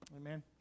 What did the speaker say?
Amen